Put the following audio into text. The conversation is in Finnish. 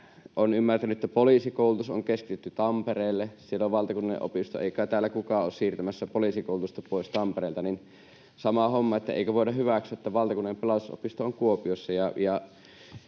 olen ymmärtänyt, että poliisikoulutus on keskitetty Tampereelle, siellä on valtakunnallinen opisto. Ei kai täällä kukaan ole siirtämässä poliisikoulutusta pois Tampereelta, niin sama homma: eikö voida hyväksyä, että valtakunnallinen pelastusopisto on Kuopiossa?